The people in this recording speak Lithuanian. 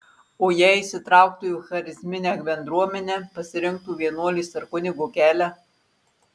o jei įsitrauktų į charizminę bendruomenę pasirinktų vienuolės ar kunigo kelią